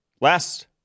Last